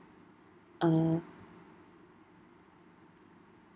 uh